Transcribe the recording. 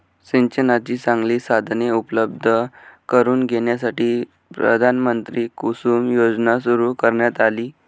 सिंचनाची चांगली साधने उपलब्ध करून देण्यासाठी प्रधानमंत्री कुसुम योजना सुरू करण्यात आली